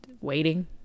waiting